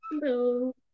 Hello